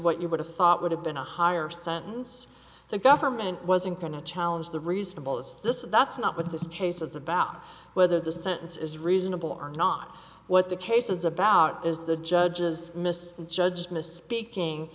what you would have thought would have been a higher sentence the government wasn't going to challenge the reasonable that this is that's not what this case is about whether the sentence is reasonable or not what the case is about is the judge's mis judged misspeaking